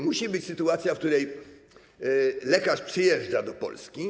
Musi być sytuacja, w której lekarz przyjeżdża do Polski.